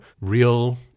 real